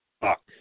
fuck